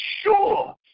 sure